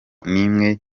n’imwe